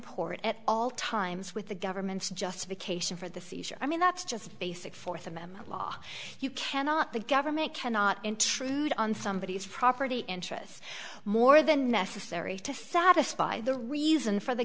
comport at all times with the government's justification for the seizure i mean that's just basic fourth amendment law you cannot the government cannot intrude on somebody its property interests more than necessary to satisfy the reason for the